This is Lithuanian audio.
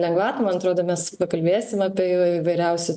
lengvatų man atrodo mes pakalbėsim apie įvairiausių